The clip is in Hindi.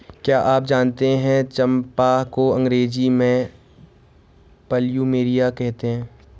क्या आप जानते है चम्पा को अंग्रेजी में प्लूमेरिया कहते हैं?